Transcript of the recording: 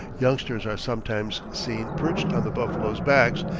youngsters are sometimes seen perched on the buffaloes' backs,